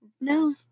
No